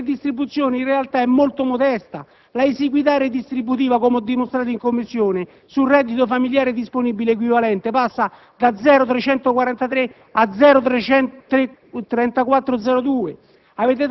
perché la redistribuzione in realtà è molto modesta, la esiguità redistributiva, come ho dimostrato in Commissione, sul reddito familiare disponibile equivalente passa da 0,343 a 0,3402.